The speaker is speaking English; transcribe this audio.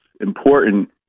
important